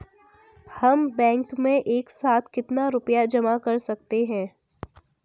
हम बैंक में एक साथ कितना रुपया जमा कर सकते हैं?